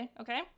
okay